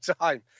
time